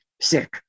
sick